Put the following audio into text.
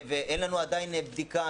ואין לנו עדיין בדיקה,